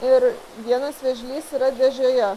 ir vienas vėžlys yra dėžėje